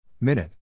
Minute